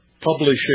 publishing